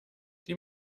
die